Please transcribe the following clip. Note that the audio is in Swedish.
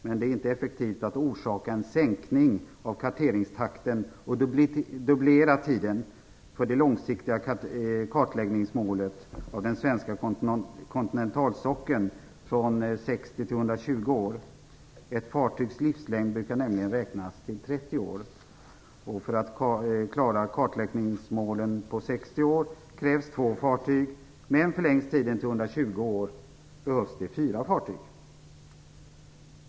Men det är inte effektivt att orsaka en sänkning av karteringstakten och dubblera tiden för det långsiktiga kartläggningsmålet av den svenska kontinentalsockeln från 60 till 120 år. Ett fartygs livslängd brukar nämligen beräknas till 30 år. För att klara kartläggningsmålen på 60 år krävs två fartyg, men förlängs tiden till 120 år behövs det fyra fartyg.